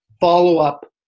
follow-up